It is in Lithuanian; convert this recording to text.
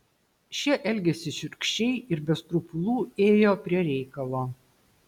šie elgėsi šiurkščiai ir be skrupulų ėjo prie reikalo